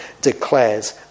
declares